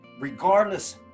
regardless